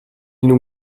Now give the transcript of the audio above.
nous